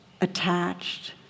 attached